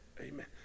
Amen